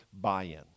buy-in